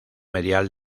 medial